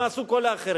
מה עשו כל האחרים?